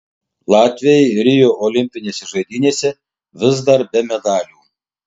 latviai rio olimpinėse žaidynėse vis dar be medalių